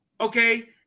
okay